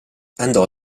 andò